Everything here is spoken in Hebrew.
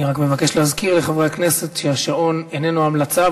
אני רק מבקש להזכיר לחברי הכנסת שהשעון איננו המלצה,